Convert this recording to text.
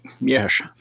Yes